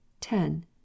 ten